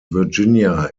virginia